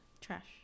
trash